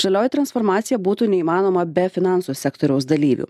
žalioji transformacija būtų neįmanoma be finansų sektoriaus dalyvių